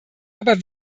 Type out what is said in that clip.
aber